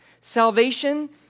salvation